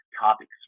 topics